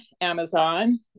Amazon